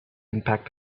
impact